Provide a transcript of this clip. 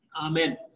Amen